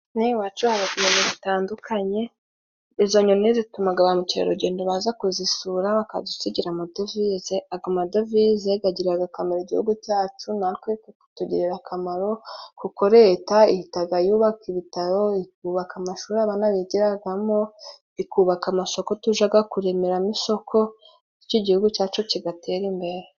Hano iwacu haba ibintu bitandukanye, izo nyoni zituma ba mukerarugendo baza kuzisura bakadusigira amadovize. Amadovize agirira akamaro igihugu cyacu natwe bitugirira akamaro, kuko Leta ihita yubaka ibitaro, ikubaka amashuri, abana bigiramo, ikubaka amasoko tujya kuremeramo isoko, igihugu cyacu kigatera imbere.